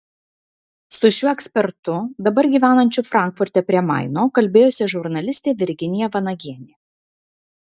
su šiuo ekspertu dabar gyvenančiu frankfurte prie maino kalbėjosi žurnalistė virginija vanagienė